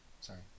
Sorry